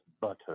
butter